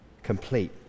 complete